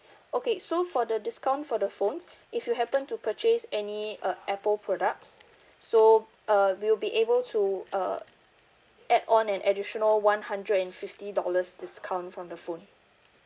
okay so for the discount for the phones if you happen to purchase any uh apple products so uh we'll be able to uh add on an additional one hundred and fifty dollars discount from the phone